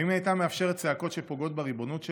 האם היא הייתה מאפשרת צעקות שפוגעות בריבונות שלה,